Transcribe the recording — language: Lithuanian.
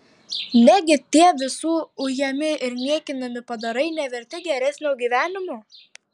negi tie visų ujami ir niekinami padarai neverti geresnio gyvenimo